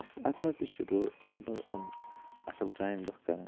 اَتھ اَتھ منٛز تہِ چھُ مطلب یِم اَصٕل کامہِ دۄہ کران